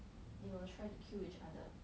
they will try to kill each other